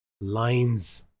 lines